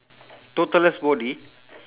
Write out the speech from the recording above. toddler's body